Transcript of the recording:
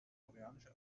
koreanische